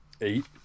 Eight